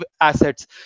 assets